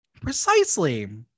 Precisely